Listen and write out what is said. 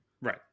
Right